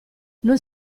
non